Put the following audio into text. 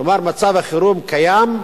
כלומר, מצב החירום קיים מ-1948.